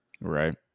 Right